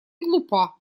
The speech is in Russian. глупа